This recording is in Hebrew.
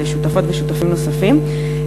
ושותפות ושותפים נוספים.